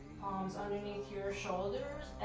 arms underneath your shoulders.